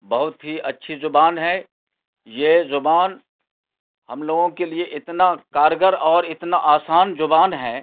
بہت ہی اچھی زبان ہے یہ زبان ہم لوگوں کے لیے اتنا کارگر اور اتنا آسان زبان ہے